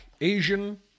Asian